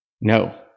No